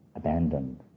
abandoned